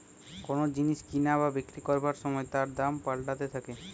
কোন জিনিস কিনা বা বিক্রি করবার সময় তার দাম পাল্টাতে থাকে